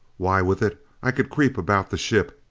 why, with it i could creep about the ship,